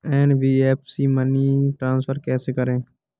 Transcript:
NBFC से money transfer कैसे करें?